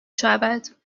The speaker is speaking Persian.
شود